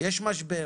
יש משבר,